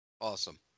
Awesome